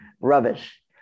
rubbish